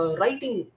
writing